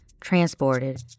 transported